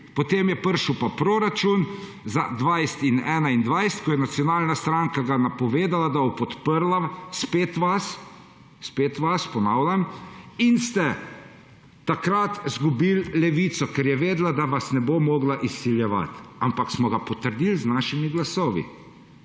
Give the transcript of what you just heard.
Potem je prišel pa proračun za 2020 in 2021, Slovenska nacionalna stranka je napovedala, da bo podprla spet vas, spet vas, ponavljam, in takrat ste izgubili Levico, ker je vedela, da vas ne bo mogla izsiljevati. Ampak smo ga potrdili z našimi glasovi.